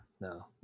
no